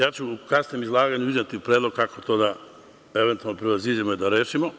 Ja ću u kasnijem izlaganju izneti predlog kako to da eventualno prevaziđemo i da rešimo.